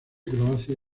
croacia